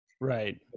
Right